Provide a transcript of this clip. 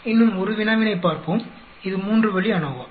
இன்னும் ஒரு வினாவினைப் பார்ப்போம் இது மூன்று வழி அநோவா